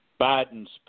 Biden's